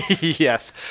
Yes